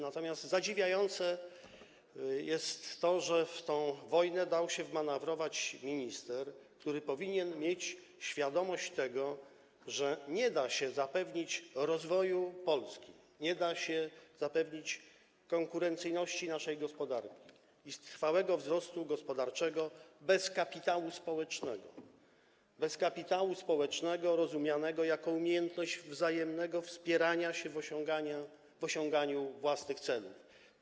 Natomiast zadziwiające jest to, że w tę wojnę dał się wmanewrować minister, który powinien mieć świadomość tego, że nie da się zapewnić rozwoju Polski, nie da się zapewnić konkurencyjności naszej gospodarki i trwałego wzrostu gospodarczego bez kapitału społecznego, bez kapitału społecznego rozumianego jako umiejętność wzajemnego wspierania się w osiąganiu własnych celów.